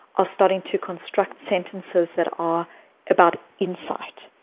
are starting to construct sentences that are about insight.